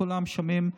כולם שומעים,